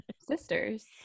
sisters